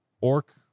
orc